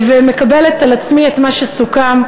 ומקבלת על עצמי את מה שסוכם,